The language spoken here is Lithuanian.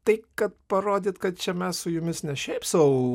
tai kad parodyt kad čia mes su jumis ne šiaip sau